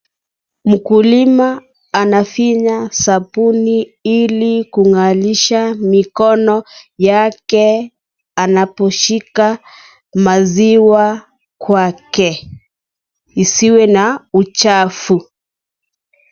Mkulima anafinya sabuni ili kungarisha mikono yake anaposhika maziwa kwake isiwe na uchafu.